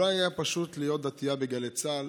לא היה פשוט להיות דתייה בגלי צה"ל,